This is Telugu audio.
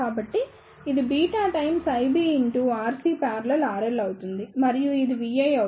కాబట్టి ఇది beta times IB x RC || RL అవుతుంది మరియు ఇది Vi అవుతుంది